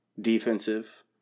defensive